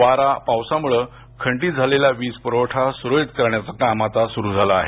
वारा पावसामुळे खंडित झालेला वीज पुरवठा सुरळीत करण्याचं काम आता सुरु आहे